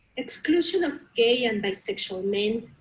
exclusion of gay and bisexual men,